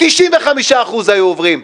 95% היו עוברים.